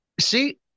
See